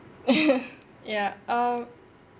ya uh